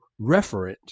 referent